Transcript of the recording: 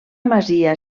masia